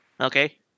Okay